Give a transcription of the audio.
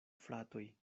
fratoj